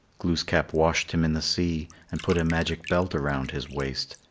glooskap washed him in the sea, and put a magic belt around his waist,